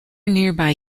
nearby